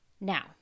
Now